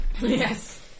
Yes